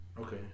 Okay